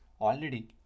already